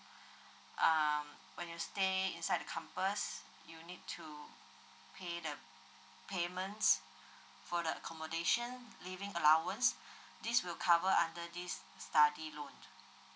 um when you stay inside the campus you need to pay the payments for the accommodation living allowance this will cover under this study loan